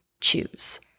choose